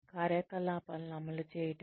కార్యక్రమాలను అమలు చేయటం